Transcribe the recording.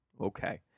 Okay